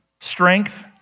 strength